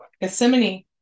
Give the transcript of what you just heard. Gethsemane